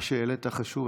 מה שהעלית הוא חשוב.